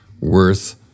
worth